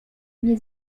nie